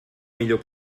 millor